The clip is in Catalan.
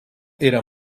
era